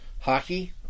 Hockey